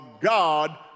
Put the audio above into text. God